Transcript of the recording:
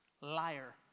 liar